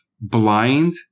blind